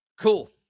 Cool